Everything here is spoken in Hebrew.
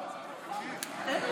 בסדר.